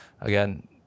again